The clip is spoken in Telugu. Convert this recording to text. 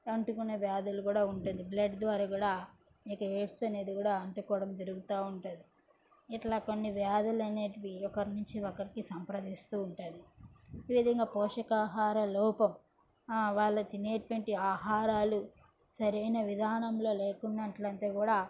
అంటుకునే వ్యాధులు కూడా ఉంటుంది బ్లడ్ ద్వారా కూడా మీకు ఎయిడ్స్ అనేది కూడా అంటుకోవడం జరుగుతా ఉంటుంది ఇట్లా కొన్ని వ్యాధులు అనేటివి ఒకరి నుంచి ఒకరికి సంప్రదిస్తూ ఉంటుంది ఈ విధంగా పోషకాహార లోపం వాళ్ళ తినేటివంటి ఆహారాలు సరైన విధానంలో లేకున్నట్లైతే కూడా